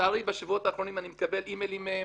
ולצערי בשבועות האחרונים אני מקבל מהן אימיילים ומסנג'רים,